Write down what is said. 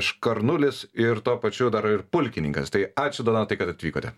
škarnulis ir tuo pačiu dar ir pulkininkas tai ačiū donatai kad atvykote